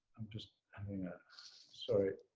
i'm just having a sorry.